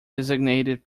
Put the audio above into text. designated